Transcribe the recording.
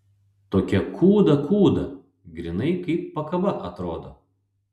tokia kūda kūda grynai kaip pakaba atrodo